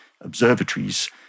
observatories